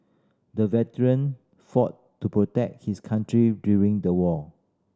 the veteran fought to protect his country during the war